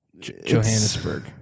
Johannesburg